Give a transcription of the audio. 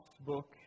book